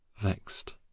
vexed